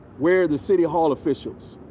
where the city hall officials